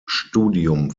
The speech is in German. studium